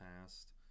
past